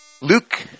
Luke